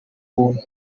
buntu